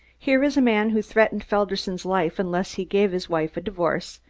here is a man who threatened felderson's life unless he gave his wife a divorce,